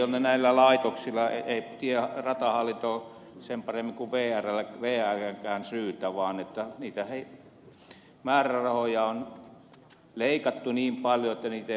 ne eivät ole näiden laitosten ratahallinnon sen paremmin kuin vrnkään syytä vaan niitä määrärahoja on leikattu niin paljon että niitä ei pystytä pitämään